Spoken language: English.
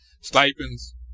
stipends